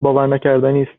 باورنکردنی